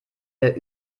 der